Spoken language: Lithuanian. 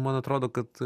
man atrodo kad